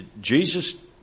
Jesus